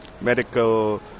medical